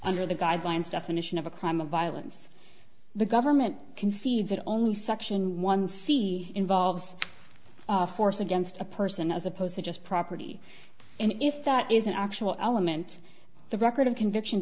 under the guidelines definition of a crime of violence the government concedes it only section one see involves force against a person as opposed to just property and if that is an actual element the record of conviction